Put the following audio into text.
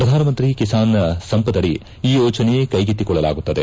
ಪ್ರಧಾನ ಮಂತ್ರಿ ಕಿಸಾನ್ ಸಂಪದಡಿ ಈ ಯೋಜನೆ ಕೈಗೆತ್ತಿಕೊಳ್ಳಲಾಗುತ್ತದೆ